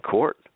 Court